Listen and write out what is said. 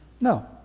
No